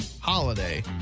holiday